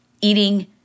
eating